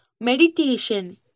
meditation